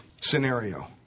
scenario